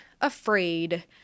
afraid